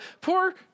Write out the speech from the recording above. poor